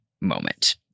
moment